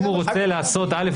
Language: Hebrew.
ואם הוא רוצה לעשות א',